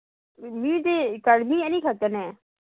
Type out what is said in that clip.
ꯃꯤꯗꯤ ꯃꯤ ꯑꯟꯤ ꯈꯛꯇꯅꯦ